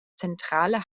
zentrale